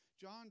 John